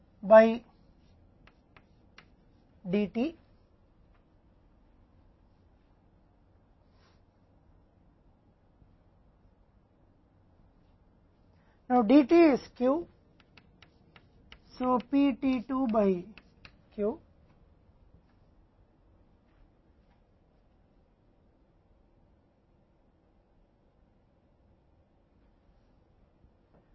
यहाँ से हम एक और रिश्ता रख सकते हैं t2 plus t 3 by t Pt 2 by T